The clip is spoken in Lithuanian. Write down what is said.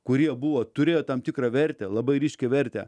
kurie buvo turėjo tam tikrą vertę labai ryškią vertę